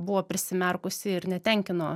buvo prisimerkusi ir netenkino